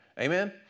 amen